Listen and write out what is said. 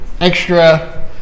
extra